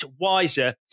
wiser